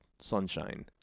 Sunshine